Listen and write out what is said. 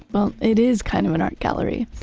well, it is kind of an art gallery.